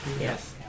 Yes